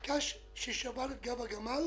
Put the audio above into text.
הקש ששבר את גב הגמל